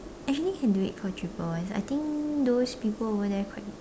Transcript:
actually can do it for cheaper ones I think those people over there quite